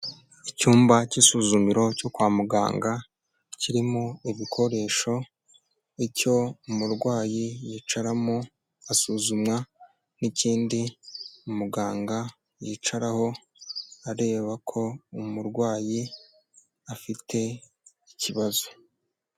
Icyumba cy'isuzumiro cyo kwa muganga, kirimo ibikoresho, icyo umurwayi yicaramo asuzumwa n'ikindi umuganga yicaraho areba ko umurwayi afite ikibazo.